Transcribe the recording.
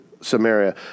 Samaria